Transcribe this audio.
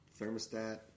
Thermostat